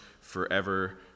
forever